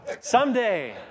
someday